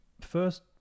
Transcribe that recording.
first